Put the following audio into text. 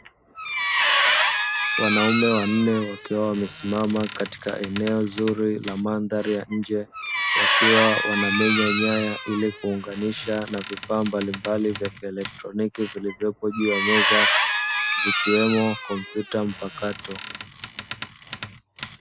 Wanaume wanne wakiwa wamesimama katika eneo zuri la mandhari ya nje, wakiwa wanamenya nyaya ili kuunganisha na vifaa mbalimbali vya kielektroniki vilivyopo juu ya meza zikiwemo kompyuta mpakato.